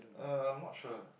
uh I'm not sure